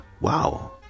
Wow